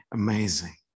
amazing